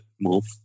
move